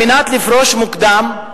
כדי לפרוש מוקדם,